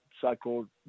so-called